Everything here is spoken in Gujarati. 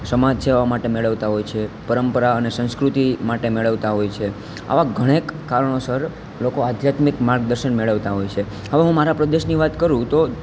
સમાજ સેવા માટે મેળવતાં હોય છે પરંપરા અને સંસ્કૃતિ માટે મેળવતાં હોય છે આવાં ઘણાં કારણોસર લોકો આધ્યાત્મિક માર્ગદર્શન મેળવતાં હોય છે હવે હું મારા પ્રદેશની વાત કરું તો